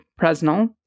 Presnell